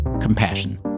compassion